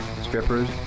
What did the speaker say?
strippers